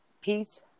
Peace